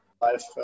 life